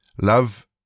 Love